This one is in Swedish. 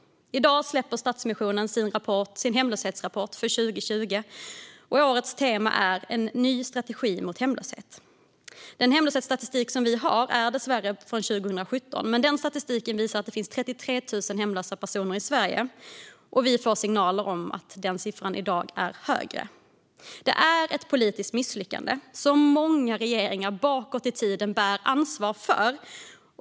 I dag släpper Stadsmissionen sin hemlöshetsrapport för 2020. Årets tema är en ny strategi mot hemlöshet. Den hemlöshetsstatistik vi har är dessvärre från 2017. Den statistiken visar att det finns 33 000 hemlösa personer i Sverige, och vi får signaler om att denna siffra i dag är högre. Det är ett politiskt misslyckande som många regeringar bakåt i tiden bär ansvar för.